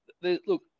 look